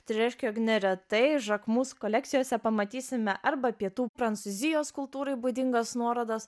tai reiškia jog neretai jacquemus kolekcijose pamatysime arba pietų prancūzijos kultūrai būdingas nuorodas